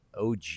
og